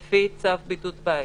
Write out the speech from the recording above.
לפי צו בידוד בית,